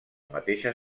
mateixa